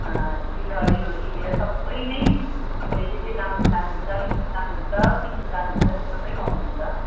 तिलहरीदेखि लिएर सबै नै तपाईँले जे जे लाउनु चाहनुहुन्छ लिनु चाहनुहुन्छ किन्नु चाहनुहुन्छ त्यो सबै पाउनुहुन्छ